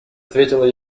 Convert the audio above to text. ответила